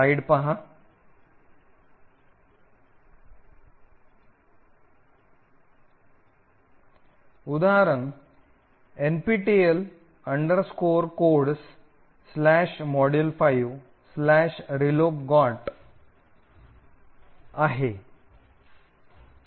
उदाहरण एनपीटेल कोड्समॉड्यूल5रीकोकॉटमध्ये nptel codesmodule5relocgot आहे